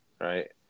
Right